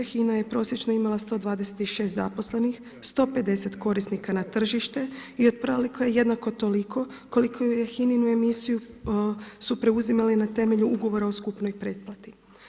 HINA je prosječno imala 126 zaposlenih, 150 korisnika na tržištu i otprilike je jednako toliko koliko je HINA-ininu emisiju su preuzimali na temelju ugovora o skupnoj pretplati.